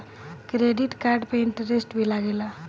Credit card पे interest भी लागेला?